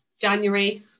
January